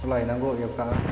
लायनांगौ एबा